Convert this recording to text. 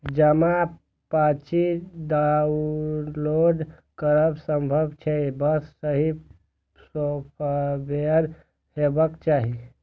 जमा पर्ची डॉउनलोड करब संभव छै, बस सही सॉफ्टवेयर हेबाक चाही